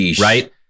right